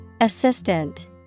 Assistant